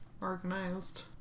organized